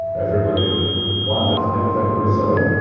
everybody wondered. has anybody saw it?